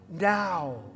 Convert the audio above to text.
now